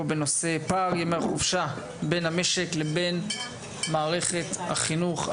בנושא פער ימי החופשה בין המשק לבין מערכת החינוך.